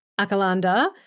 Akalanda